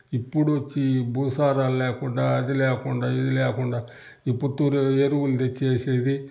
ఇప్పుడొచ్చి ఈ భూసారాలేకుండా అది లేకుండా ఇది లేకుండా ఈ పుత్తూరు ఎరువులు తెచ్చేసేది